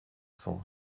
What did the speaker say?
cent